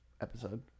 episode